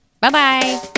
Bye-bye